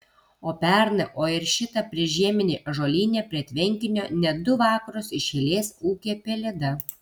o pernai o ir šitą priešžiemį ąžuolyne prie tvenkinio net du vakarus iš eilės ūkė pelėda